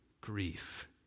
grief